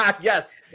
Yes